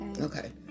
Okay